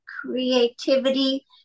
creativity